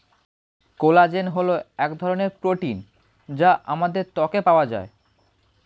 collagen হল এক ধরনের প্রোটিন যা আমাদের ত্বকে পাওয়া যায়